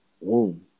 womb